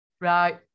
Right